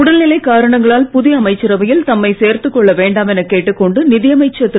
உடல்நிலை காரணங்களால் புதிய அமைச்சரவையில் தம்மை சேர்த்து கொள்ளவேண்டாம் என கேட்டுக் கொண்டு நிதியமைச்சர் திரு